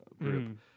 group